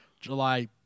July